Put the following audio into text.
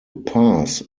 pass